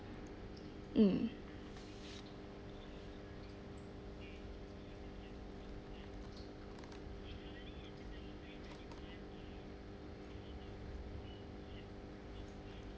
mm